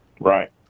Right